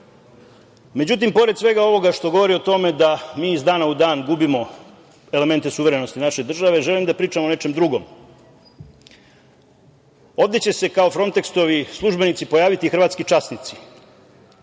Nišu.Međutim, pored svega ovoga što govori o tome da mi iz dana u dan gubimo elemente suverenosti naše države, želim da pričam o nečem drugom. Ovde će se kao Fronteksovi službenici pojaviti hrvatski časnici.